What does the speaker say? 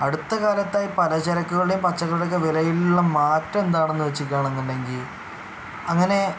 അടുത്ത കാലത്തായി പലചരക്കുകളുടേയും പച്ചക്കറികളുടേയും വിലയിലുള്ള മാറ്റം എന്താണെന്ന് വെച്ചിട്ട് ആണെന്നുണ്ടെങ്കിൽ അങ്ങനെ